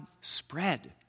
spread